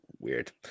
weird